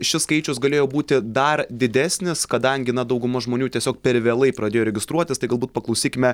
šis skaičius galėjo būti dar didesnis kadangi na dauguma žmonių tiesiog per vėlai pradėjo registruotis tai galbūt paklausykime